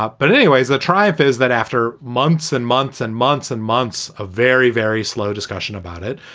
ah but anyways, the triumph is that after months and months and months and months of very, very slow discussion about it,